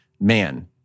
man